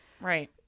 right